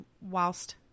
whilst